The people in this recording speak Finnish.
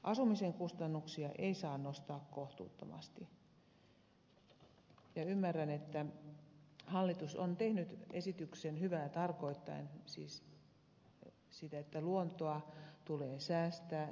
asumisen kustannuksia ei saa nostaa kohtuuttomasti ja ymmärrän että hallitus on tehnyt esityksen hyvää tarkoittaen siis sitä että luontoa tulee säästää ja suojella